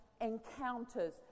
encounters